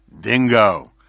dingo